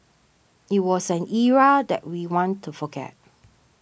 it was an era that we want to forget